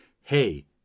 hey